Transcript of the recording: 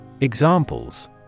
Examples